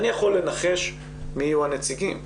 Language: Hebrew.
אני יכול לנחש מי יהיו הנציגים.